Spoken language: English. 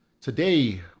Today